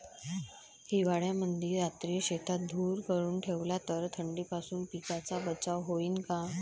हिवाळ्यामंदी रात्री शेतात धुर करून ठेवला तर थंडीपासून पिकाचा बचाव होईन का?